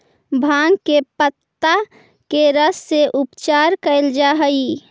भाँग के पतत्ता के रस से उपचार कैल जा हइ